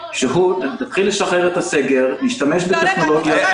שהוא להתחיל לשחרר את הסגר, להשתמש בטכנולוגיות.